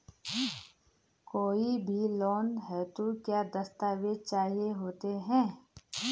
कोई भी लोन हेतु क्या दस्तावेज़ चाहिए होते हैं?